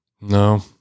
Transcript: No